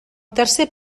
tercer